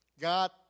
God